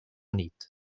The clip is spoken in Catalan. nit